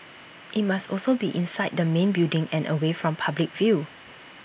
IT must also be inside the main building and away from public view